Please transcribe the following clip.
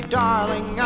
darling